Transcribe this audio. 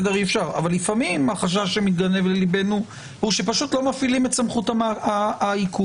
אבל לפעמים החשש שמתגנב ללבנו הוא שפשוט לא מפעילים את סמכות העיכוב.